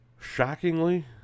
shockingly